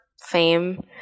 fame